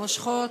מושכות.